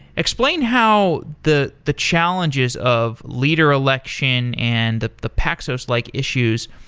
explain how the the challenges of leader election and the the paxos-like issues,